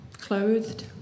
Clothed